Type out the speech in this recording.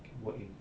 work in